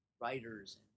writers